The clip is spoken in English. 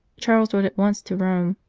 charles wrote at once to rome,